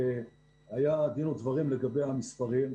היה דין ודברים לגבי המספרים,